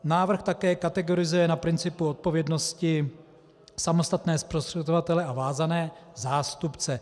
Návrh také kategorizuje na principu odpovědnosti samostatné zprostředkovatele a vázané zástupce.